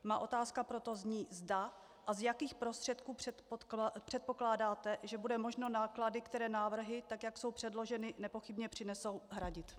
Moje otázka proto zní, zda a z jakých prostředků předpokládáte, že bude možno náklady, které návrhy, jak jsou předloženy, nepochybně přinesou, hradit.